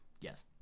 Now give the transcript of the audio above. Yes